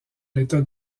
l’état